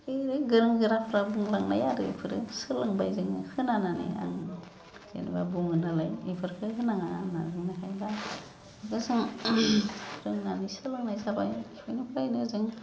बे ओरै गोरों गोराफ्रा बुंलांनाय आरो इफोरो सोलोंबाय जोङो खोनानानै आं जेनबा बुङो नालाय इफोरखो होनाङा होनना बुंनायखाय दा दा जों रोंनानै सोलोंनाय जाबाय बेफोरनिफ्रायनो जों